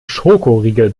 schokoriegel